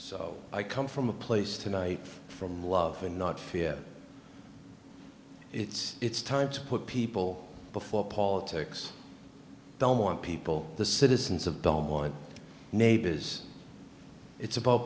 so i come from a place tonight from love and not fear it's it's time to put people before politics i don't want people the citizens of don't want neighbors it's about